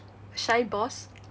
should I boss